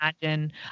imagine